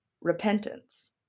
repentance